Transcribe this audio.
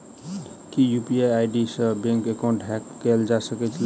की UPI ID सऽ bank account hack कैल जा सकलिये?